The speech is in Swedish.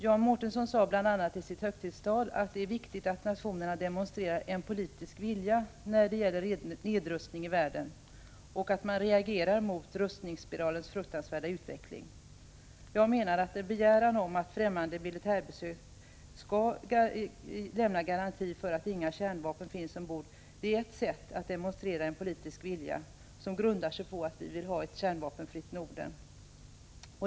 Jan Mårtensson sade i sitt högtidstal bl.a. att det är viktigt att nationerna demonstrerar en politisk vilja när det gäller nedrustning i världen och att man reagerar mot rustningsspiralens fruktansvärda utveckling. Jag menar att ett fträmmande land som framför en begäran om ett militärt flottbesök skall lämna garanti för att inga kärnvapen finns ombord. Ett sådant krav är ett sätt att demonstrera en politisk vilja som grundar sig på att vi vill ha ett kärnvapenfritt Norden.